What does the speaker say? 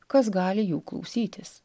kas gali jų klausytis